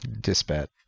Dispatch